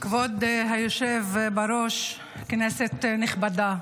כבוד היושב בראש, כנסת נכבדה,